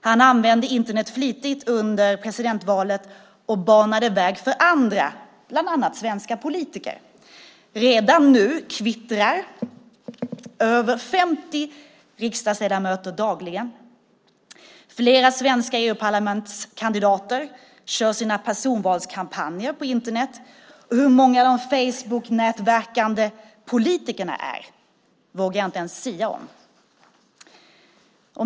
Han använde Internet flitigt under presidentvalet och banade väg för andra, bland annat svenska politiker. Redan nu kvittrar över 50 riksdagsledamöter dagligen. Flera svenska EU-parlamentskandidater kör sina personalvalskampanjer på Internet. Och hur många de Facebooknätverkande politikerna är vågar jag inte ens sia om.